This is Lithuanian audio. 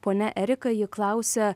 ponia erika ji klausia